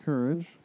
Courage